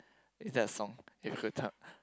is that a song if you could turn